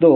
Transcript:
तो